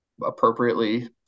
appropriately